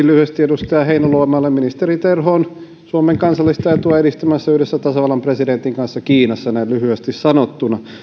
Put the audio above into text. lyhyesti edustaja heinäluomalle ministeri terho on suomen kansallista etua edistämässä yhdessä tasavallan presidentin kanssa kiinassa näin lyhyesti sanottuna